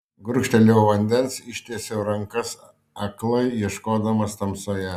gurkštelėjau vandens ištiesiau rankas aklai ieškodamas tamsoje